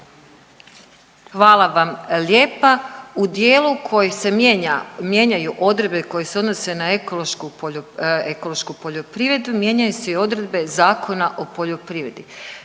Hvala vam lijepa. U dijelu koji se mijenja, mijenjaju odredbe koje se odnose na ekološku, ekološku poljoprivredu mijenjaju se i odredbe Zakona o poljoprivredi,